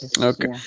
Okay